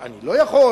אני לא יכול,